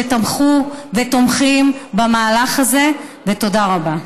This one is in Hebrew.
שתמכו ותומכים במהלך הזה ותודה רבה.